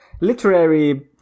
literary